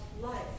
life